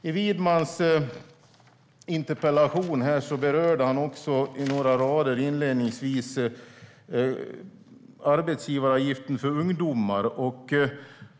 I Widmans interpellation berördes inledningsvis arbetsgivaravgiften för ungdomar.